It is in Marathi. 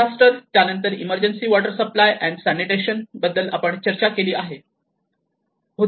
डिझास्टर त्यानंतर emergency water supply and sanitation बद्दल आपण चर्चा केली आहे